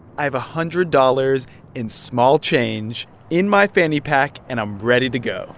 i have a hundred dollars in small change in my fanny pack, and i'm ready to go